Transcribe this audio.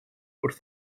wrth